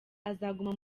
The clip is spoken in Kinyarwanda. azaguma